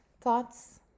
thoughts